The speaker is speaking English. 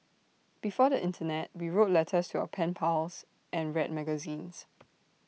before the Internet we wrote letters to our pen pals and read magazines